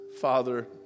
Father